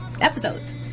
episodes